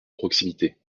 proximité